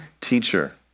teacher